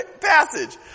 passage